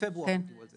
בפברואר קיבלו את זה.